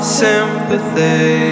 sympathy